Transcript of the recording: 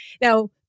Now